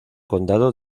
condado